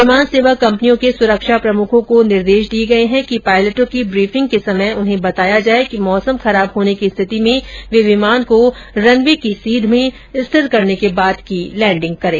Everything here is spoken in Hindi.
विमान सेवा कंपनियों के सुरक्षा प्रमुखों को निर्देश दिये गये हैं कि पायलटों की ब्रीफिंग के समय उन्हें बताया जाये कि मौसम खराब होने की स्थिति में वे विमान को रनवे की सीध में स्थिर करने के बाद की लैंडिंग करें